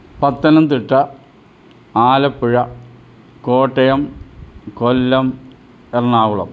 Pathanamthitta Alappuzha Kottayam Kollam Ernakulam